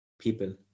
people